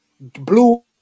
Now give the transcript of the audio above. Blue